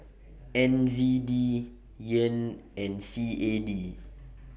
N Z D Yen and C A D